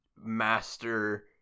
master